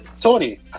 Tony